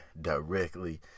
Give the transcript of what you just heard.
directly